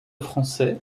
français